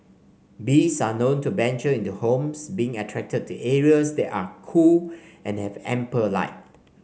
bees are known to venture into homes being attracted to areas that are cool and have ample light